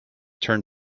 turn